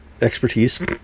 expertise